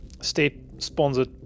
state-sponsored